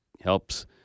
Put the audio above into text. helps